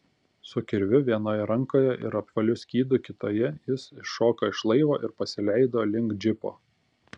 su kirviu vienoje rankoje ir apvaliu skydu kitoje jis iššoko iš laivo ir pasileido link džipo